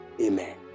Amen